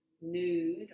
nude